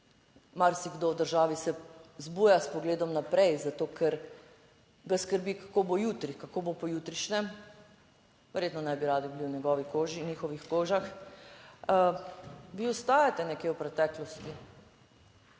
Marsikdo v državi se zbuja s pogledom naprej, zato ker ga skrbi, kako bo jutri, kako bo pojutrišnjem, verjetno ne bi radi bili v njegovi koži in njihovih kožah. Vi ostajate nekje v preteklosti!